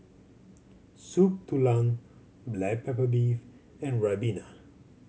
Soup Tulang black pepper beef and ribena